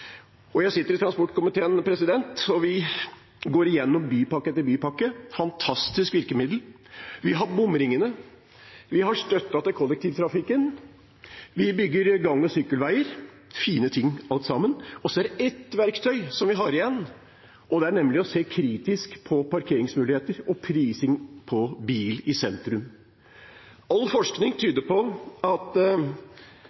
dette. Jeg sitter i transportkomiteen, og vi går igjennom bypakke etter bypakke – et fantastisk virkemiddel. Vi har bomringer, vi har støtte til kollektivtrafikken, vi bygger gang- og sykkelveier – fine ting alt sammen – og så har vi igjen ett verktøy, og det er nemlig å se kritisk på parkeringsmuligheter og prising på bil i sentrum. All forskning